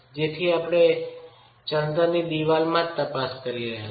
જેની આપણે ચણતરની દિવાલમાં જ તપાસ કરી રહ્યા છીએ